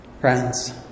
Friends